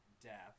death